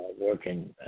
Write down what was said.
working